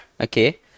Okay